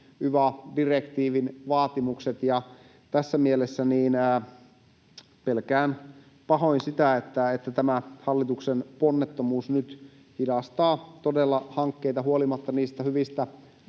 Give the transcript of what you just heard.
yva-direktiivin vaatimukset? Tässä mielessä pelkään pahoin sitä, että tämä hallituksen ponnettomuus nyt hidastaa todella hankkeita huolimatta niistä hyvistä